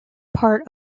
part